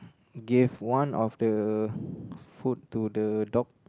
gave one of the food to the dog